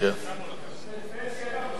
זה חלק מההליך הדמוקרטי.